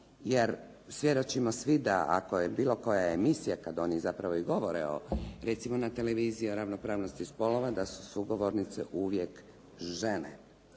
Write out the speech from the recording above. jer svjedočimo svi ako je bilo koja emisija kad oni zapravo i govore recimo na televiziji o ravnopravnosti spolova da su sugovornice uvijek žene.